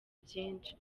byinshi